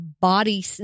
body